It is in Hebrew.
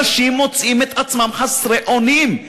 אנשים מוצאים את עצמם חסרי אונים.